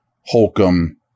Holcomb